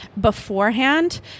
beforehand